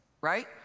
right